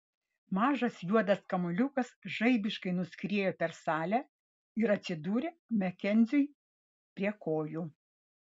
mažas juodas kamuoliukas žaibiškai nuskriejo per salę ir atsidūrė makenziui prie kojų